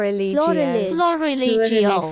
Florilegio